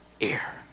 air